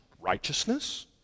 Righteousness